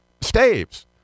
staves